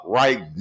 right